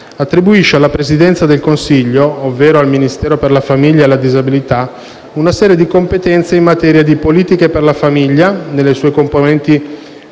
Attribuisce alla Presidenza del Consiglio, ovvero al Ministero per la famiglia e la disabilità, una serie competenze in materia di: politiche per la famiglia nelle sue componenti